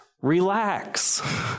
relax